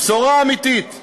בשורה אמיתית